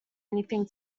anything